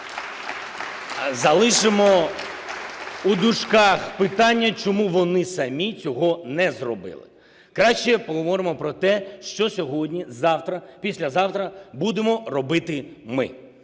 Залишимо у дужках питання, чому вони самі цього не зробили. Краще поговоримо про те, що сьогодні, завтра, післязавтра будемо робити ми.